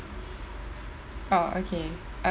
oh okay